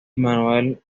manuel